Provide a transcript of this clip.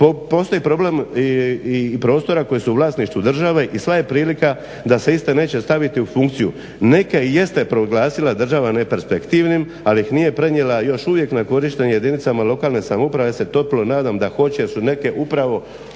postoji problem i prostora koji su u vlasništvu države i sva je prilika da se iste neće staviti u funkciju. Neke jeste proglasila država neperspektivnim, ali ih nije prenijela još uvijek na korištenje jedinicama lokalne samouprave. Ja se toplo nadam da hoće, jer su neke upravo